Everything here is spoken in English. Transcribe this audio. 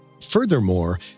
Furthermore